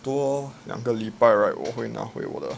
多两个礼拜 right 我会拿回我的